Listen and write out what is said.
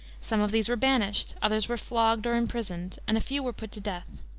some of these were banished, others were flogged or imprisoned, and a few were put to death.